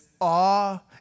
awe